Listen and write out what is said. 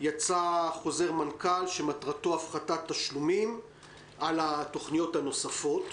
יצא חוזר מנכ"ל שמטרתו הפחתת תשלומים על התוכניות הנוספות.